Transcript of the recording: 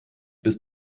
bis